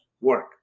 work